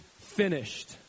finished